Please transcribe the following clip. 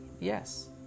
yes